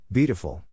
Beautiful